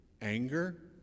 anger